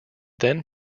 then